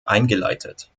eingeleitet